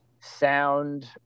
sound